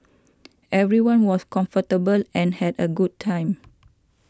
everyone was comfortable and had a good time